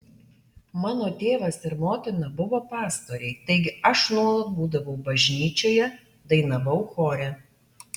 mano tėvas ir motina buvo pastoriai taigi aš nuolat būdavau bažnyčioje dainavau chore